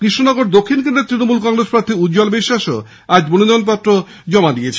কৃষ্ণনগর দক্ষিণ কেন্দ্রের তৃণমূল কংগ্রেস প্রার্থী উজ্জ্বল বিশ্বাসও আজ মনোনয়ন পেশ করেছেন